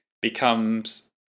becomes